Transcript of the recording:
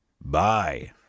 bye